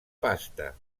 pasta